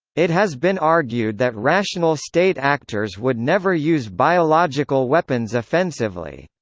it has been argued that rational state actors would never use biological weapons offensively.